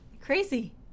crazy